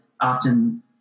often